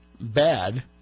Bad